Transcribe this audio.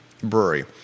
brewery